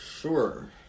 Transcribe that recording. Sure